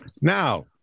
Now